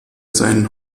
seinen